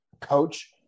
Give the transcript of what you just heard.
coach